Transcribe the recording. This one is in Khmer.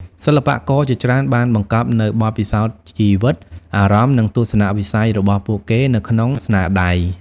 សិល្បករជាច្រើនបានបង្កប់នូវបទពិសោធន៍ជីវិត អារម្មណ៍ និងទស្សនៈវិស័យរបស់ពួកគេនៅក្នុងស្នាដៃ។